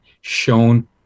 shown